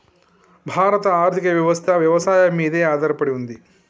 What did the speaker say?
భారత ఆర్థికవ్యవస్ఠ వ్యవసాయం మీదే ఆధారపడింది